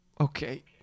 Okay